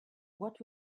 what